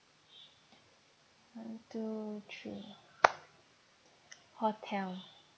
one two three hotel